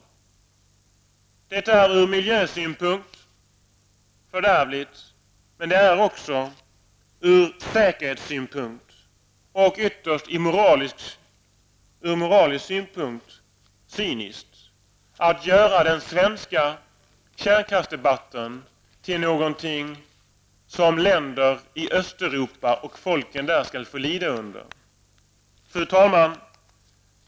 Det är ur miljösynpunkt fördärvligt. Det är ur säkerhetssynpunkt och ytterst också ur moralisk synpunkt cyniskt att göra den svenska kärnkraftsdebatten till någonting som länderna i Östeuropa skall få lyda under. Fru talman!